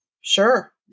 Sure